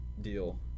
deal